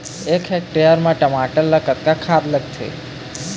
एक हेक्टेयर टमाटर म कतक खाद लागथे?